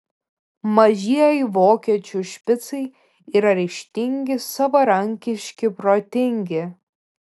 mažieji vokiečių špicai yra ryžtingi savarankiški protingi